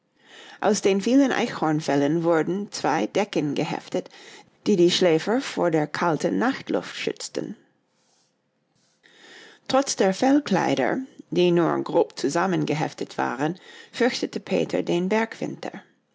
aus den vielen eichhornfellen wurden zwei decken geheftet die die schläfer vor der kalten nachtluft schützten trotz der fellkleider die nur grob zusammengeheftet waren fürchtete peter den bergwinter